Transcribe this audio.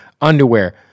Underwear